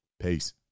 Peace